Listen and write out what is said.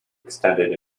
extended